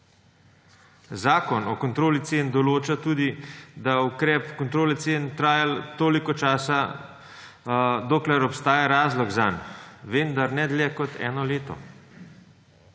Zakon o kontroli cen določa tudi, da ukrep kontrole cen traja toliko časa, dokler obstaja razlog zanj, vendar ne dlje kot eno leto.